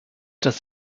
das